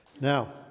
Now